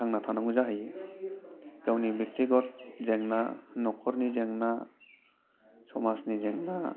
थांना थानांगौ जाहैयो गावनि बेगथिगद जेंना न'खरनि जेंना समाजनि जेंना